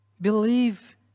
Believe